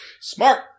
Smart